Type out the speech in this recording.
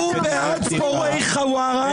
הוא בעד פורעי חווארה,